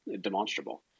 demonstrable